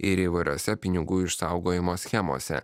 ir įvairiose pinigų išsaugojimo schemose